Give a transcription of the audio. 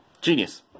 Genius